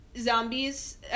zombies